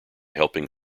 helping